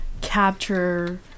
capture